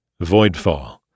Voidfall